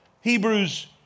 Hebrews